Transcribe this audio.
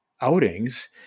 outings –